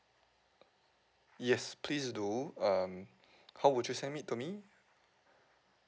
yes please do um how would you send it to me